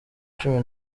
cumi